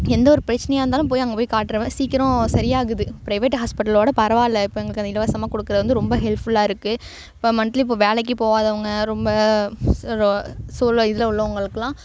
எந்த ஒரு பிரச்சனையாக இருந்தாலும் போய் அங்கே போய் காட்டுற மாதிரி சீக்கிரம் சரி ஆகுது ப்ரைவேட்டு ஹாஸ்பிட்டலோட பரவாயில்ல இப்போ எங்களுக்கு இலவசமாக கொடுக்குறது வந்து ரொம்ப ஹெல்ப்ஃபுல்லாக இருக்குது இப்போ மந்த்லி இப்போ வேலைக்கு போகாதவங்க ரொம்ப சுலோ சூழ இதில் உள்ளவங்களுக்குலாம்